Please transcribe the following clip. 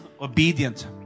obedient